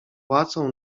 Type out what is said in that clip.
płacą